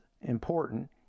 important